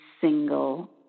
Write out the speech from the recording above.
single